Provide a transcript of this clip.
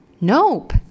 Nope